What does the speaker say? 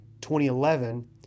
2011